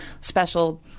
special